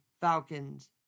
Falcons